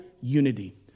unity